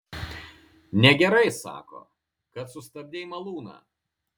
negerai sako kad sustabdei malūną